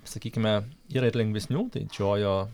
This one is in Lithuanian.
sakykime yra ir lengvesnių tai čiojo